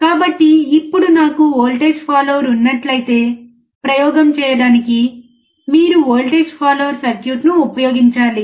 కాబట్టి ఇప్పుడు నాకు ఓల్టేజ్ ఫాలోయర్ ఉన్నట్లయితే ప్రయోగం చేయడానికి మీరు వోల్టేజ్ ఫాలోయర్ సర్క్యూట్ను ఉపయోగించాలి